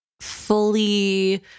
fully